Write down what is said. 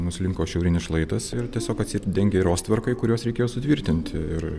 nuslinko šiaurinis šlaitas ir tiesiog atsidengė rostverkai kuriuos reikėjo sutvirtinti ir